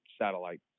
satellite